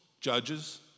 judges